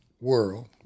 world